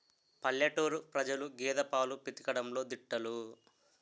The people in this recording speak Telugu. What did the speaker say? పల్లెటూరు ప్రజలు గేదె పాలు పితకడంలో దిట్టలు